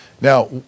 Now